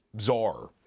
czar